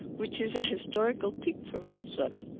which is a historical peak for venezuela.